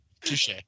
touche